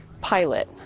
pilot